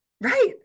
right